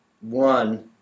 one